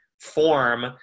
form